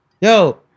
Yo